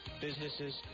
businesses